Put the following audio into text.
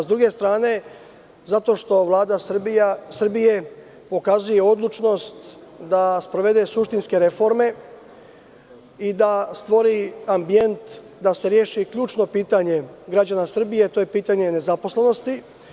S druge strane, zato što Vlada Srbije pokazuje odlučnost da sprovede suštinske reforme i da stvori ambijent da se reši ključno pitanje građana Srbije, a to je pitanje nezaposlenosti.